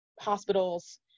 hospitals